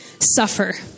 suffer